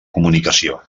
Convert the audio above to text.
comunicació